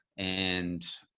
and